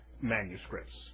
manuscripts